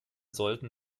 sollten